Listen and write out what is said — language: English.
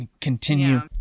Continue